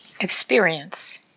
experience